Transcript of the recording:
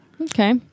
Okay